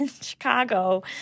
Chicago